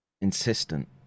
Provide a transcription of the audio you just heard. insistent